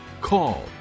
call